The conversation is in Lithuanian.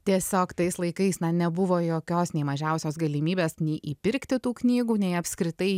tiesiog tais laikais na nebuvo jokios nei mažiausios galimybės nei įpirkti tų knygų nei apskritai